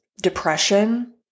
depression